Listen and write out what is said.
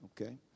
okay